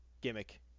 gimmick